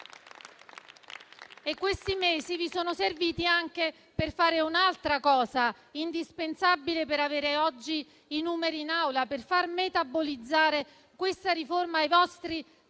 questi mesi vi sono serviti anche per fare un'altra cosa indispensabile ad avere oggi i numeri in Aula: far metabolizzare questa riforma ai vostri